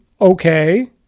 okay